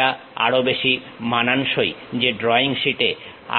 এটা আরও বেশি মানানসই যে ড্রয়িং শীট এ